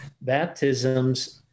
baptisms